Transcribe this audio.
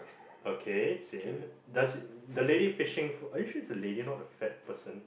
okay same does the lady fishing are you sure it's a lady not a fat person